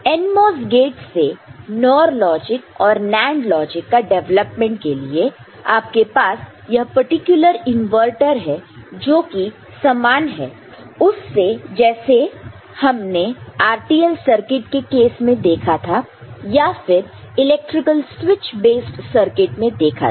NMOS gate से NOR logic और NAND logic का डेवलपमेंट के लिए आपके पास यह पर्टिकुलर इनवर्टर है जो कि समान है उससे जैसे हमने RTL सर्किट के केस में देखा था या फिर इलेक्ट्रिकल स्विच बेस्ड सर्किट मैं देखा था